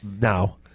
Now